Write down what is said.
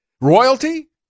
royalty